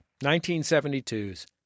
1972's